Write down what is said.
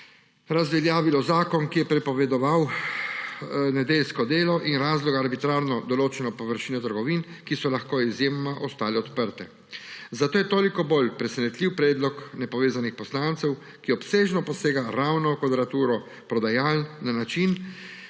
razveljavilo zakon, ki je prepovedoval nedeljsko delo in arbitrarno določeno površino trgovin, ki so lahko izjemoma ostale odprte. Zato je toliko bolj presenetljiv predlog nepovezanih poslancev, ki obsežno posega ravno v kvadraturo prodajaln na način,